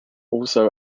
also